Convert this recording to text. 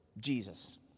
jesus